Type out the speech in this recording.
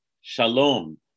Shalom